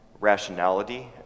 rationality